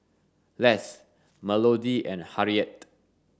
Less Melodee and Harriette